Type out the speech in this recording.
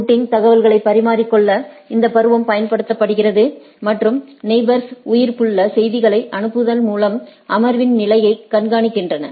routing தகவல்களைப் பரிமாறிக் கொள்ள இந்த பருவம் பயன்படுத்தப்படுகிறது மற்றும் நெயிபோர்ஸ் உயிர்ப்புள்ள செய்திகளை அனுப்புவதன் மூலம் அமர்வின் நிலையை கண்காணிக்கின்றன